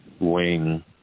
wing